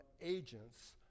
agents